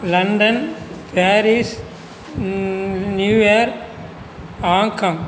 London Paris New York Hong Kong